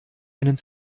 einen